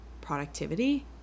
productivity